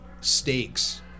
stakes